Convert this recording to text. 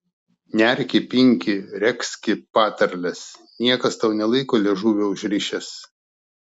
nerki pinki regzki patarles niekas tau nelaiko liežuvio užrišęs